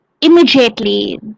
Immediately